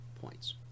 points